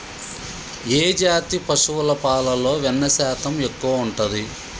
ఏ జాతి పశువుల పాలలో వెన్నె శాతం ఎక్కువ ఉంటది?